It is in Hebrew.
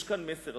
יש כאן מסר,